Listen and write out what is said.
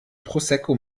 prosecco